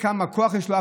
וכמה כוח יש לו?